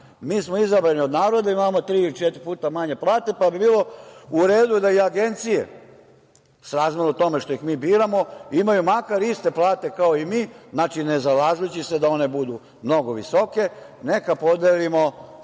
Mi smo izabrani od naroda i imamo tri ili četiri puta manje plate, pa bi bilo u redu da i agencije, srazmerno tome što ih mi biramo, imaju makar iste plate kao i mi, znači, ne zalažući se da one budu mnogo visoke, neka podelimo